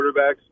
quarterbacks